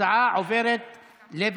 ההצעה להעביר את הצעת חוק ההוצאה לפועל